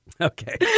Okay